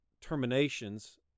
terminations